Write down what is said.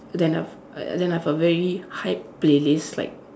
then I've uh then I've a very hyped playlist like